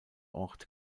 ort